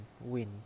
win